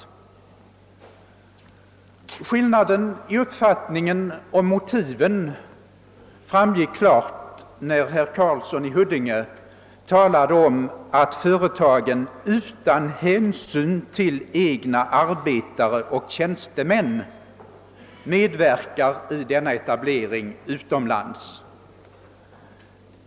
Denna skillnad framgick klart när herr Karlsson i Huddinge talade om att företagen utan hänsyn till egna arbetare och tjänstemän medverkar till etablering utomlands.